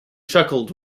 chuckled